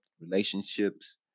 relationships